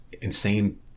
insane